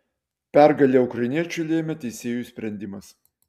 pergalę ukrainiečiui lėmė teisėjų sprendimas